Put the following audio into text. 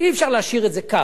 אי-אפשר להשאיר את זה ככה.